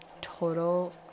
total